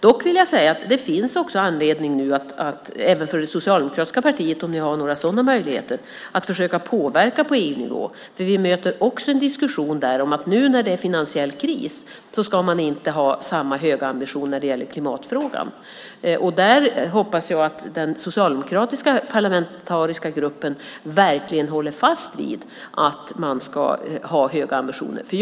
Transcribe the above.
Dock vill jag säga att det nu finns anledning även för er i det socialdemokratiska partiet, om ni har sådana möjligheter, att försöka påverka på EU-nivå, för vi möter också en diskussion där om att man nu när det är finansiell kris inte ska ha samma höga ambitioner i klimatfrågan. Jag hoppas att den socialdemokratiska parlamentsgruppen verkligen håller fast vid att man ska höga ambitioner.